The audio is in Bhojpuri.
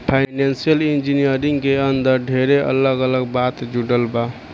फाइनेंशियल इंजीनियरिंग के अंदर ढेरे अलग अलग बात जुड़ल बा